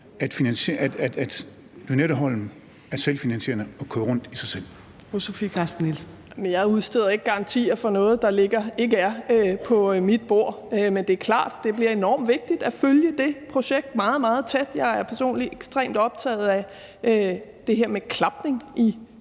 Carsten Nielsen. Kl. 14:48 Sofie Carsten Nielsen (RV): Jeg udsteder ikke garantier for noget, der ikke er på mit bord. Men det er klart, at det bliver enormt vigtigt at følge det projekt meget, meget tæt. Jeg er personligt ekstremt optaget af det her med klapning i